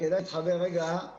כשהמערכת